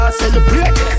celebrate